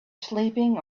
sleeping